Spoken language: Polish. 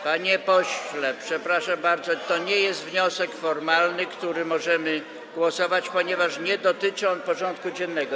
Panie pośle, przepraszam bardzo, to nie jest wniosek formalny, nad którym możemy głosować, ponieważ nie dotyczy on porządku dziennego.